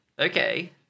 Okay